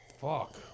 Fuck